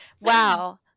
Wow